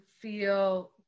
feel